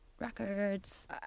Records